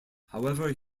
however